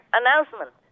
announcement